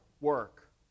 work